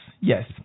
yes